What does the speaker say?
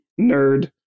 nerd